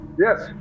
Yes